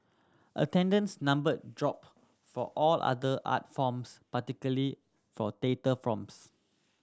attendance number dropped for all other art forms particularly for data forms